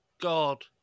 God